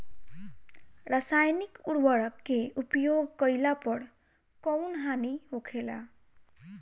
रसायनिक उर्वरक के उपयोग कइला पर कउन हानि होखेला?